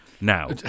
Now